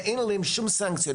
ואין עליהן שום סנקציות.